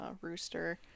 rooster